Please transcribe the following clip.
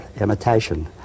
imitation